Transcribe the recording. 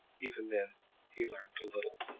even then he learned little.